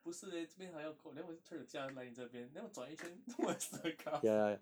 不是 leh 这边还要 cro~ then 我就 try to 驾来这边 then 我转一圈 where's the cars ah